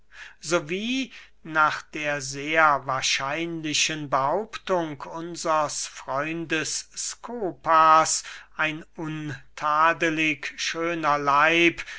wie nach der sehr wahrscheinlichen behauptung unsers freundes skopas ein untadelig schöner leib